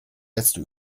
letzte